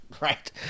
Right